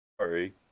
Sorry